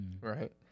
right